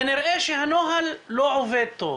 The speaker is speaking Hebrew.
כנראה שהנוהל לא עובד טוב.